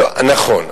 נכון.